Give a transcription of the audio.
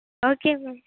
okay ma'am